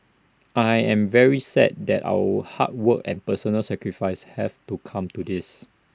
I am very sad that our hard work and personal sacrifice have come to this